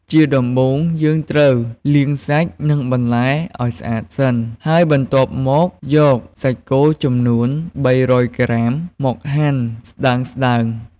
ជាដំបូង យើងត្រូវលាងសាច់ និងបន្លែឱ្យស្អាតសិន ហើយបន្ទាប់មក យកសាច់គោចំនួន ៣០០ ក្រាម មកហាន់ស្ដើងៗ។